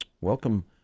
Welcome